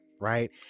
Right